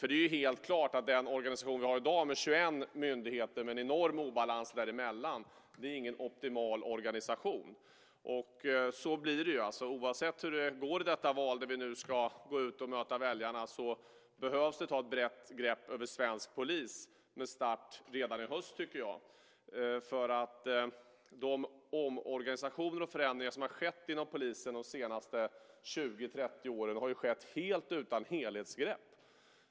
Det är helt klart att den organisation vi i dag har med 21 myndigheter med en enorm obalans mellan dessa inte är en optimal organisation. Så blir det ju. Oavsett hur det går i detta val där vi ska gå ut och möta väljarna behöver det tas ett brett grepp om svensk polis med start, tycker jag, redan i höst. De omorganisationer och förändringar som skett inom polisen under de senaste 20-30 åren har skett helt utan något helhetsgrepp.